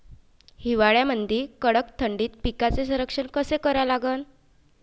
हिवाळ्यामंदी कडक थंडीत पिकाचे संरक्षण कसे करा लागन?